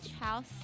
house